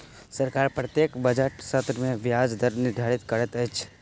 सरकार प्रत्येक बजट सत्र में ब्याज दर निर्धारित करैत अछि